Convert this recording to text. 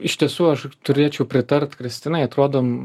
iš tiesų aš turėčiau pritart kristinai atrodom